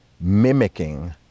mimicking